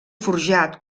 forjat